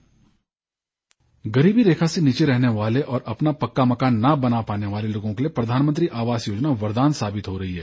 VO गरीबी रेखा से नीचे रहने वाले और अपना पक्का मकान न बना पाने वाले लोगों के लिए प्रधानमंत्री आवास योजना वरदान साबित हो रही है